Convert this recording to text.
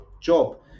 job